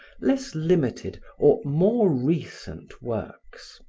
less limited or more recent works.